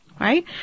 Right